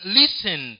listen